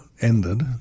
ended